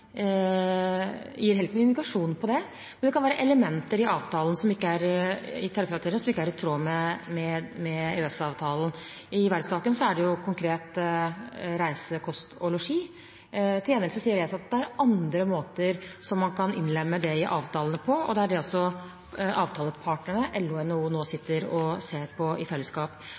ikke gir noen indikasjon på det. Men det kan være elementer i tariffavtalen som ikke er i tråd med EØS-avtalen. I verftssaken gjelder det konkret reise, kost og losji. Til gjengjeld sier ESA at det er andre måter man kan innlemme dette i avtalene på, og det er det også avtalepartene LO og NHO nå sitter og ser på i fellesskap.